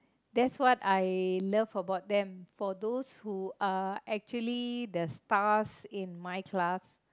that's what I love about them for those who are actually the stars in my class